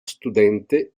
studente